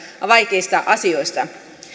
vaikeista asioista